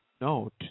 No